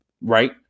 right